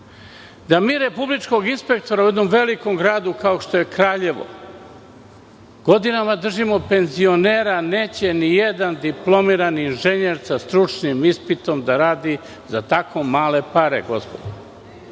da mi za republičkog inspektora u jednom velikom gradu kao što je Kraljevo godinama imamo penzionera, jer neće nijedan diplomirani inženjer sa stručnim ispitom da radi za tako male pare. U Topoli